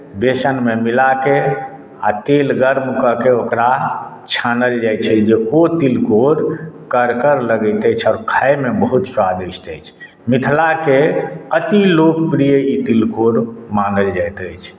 बेसनमे मिला कऽ आ तेल गर्म कऽ कऽ ओकरा छानल जाइत छै जे ओ तिलकोर करकर लगैत अछि आओर खाइमे बहुत स्वादिष्ट अछि मिथिलाके अति लोकप्रिय ई तिलकोर मानल जाइत अछि